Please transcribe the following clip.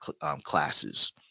classes